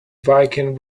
viking